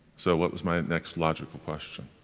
so what was my next logical question?